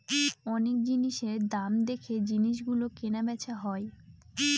অনেক জিনিসের দাম দেখে জিনিস গুলো কেনা বেচা হয়